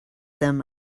them